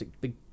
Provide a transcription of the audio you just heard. big